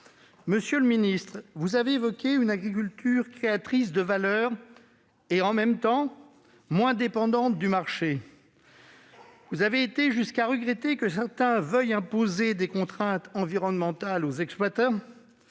Monsieur le ministre, vous avez évoqué une agriculture créatrice de valeur et, en même temps, moins dépendante du marché. Vous êtes allé jusqu'à regretter que certains veuillent imposer des contraintes environnementales aux exploitants